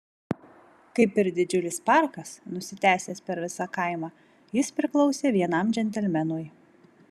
kaip ir didžiulis parkas nusitęsęs per visą kaimą jis priklausė vienam džentelmenui